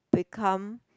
become